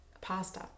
pasta